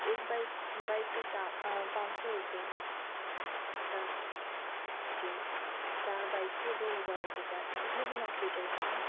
एक bike bike का पाँच सौ रुपये चार जी चार बाइक के दो हज़ार रुपये चार्ज कितने दिनों के लिए चाहिए मैम